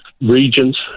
regions